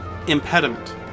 Impediment